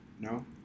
No